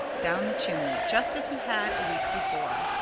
down the chimney, just as he had a week before.